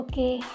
Okay